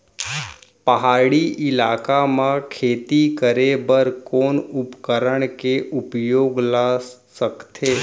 पहाड़ी इलाका म खेती करें बर कोन उपकरण के उपयोग ल सकथे?